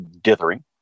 dithering